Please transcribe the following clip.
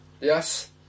Yes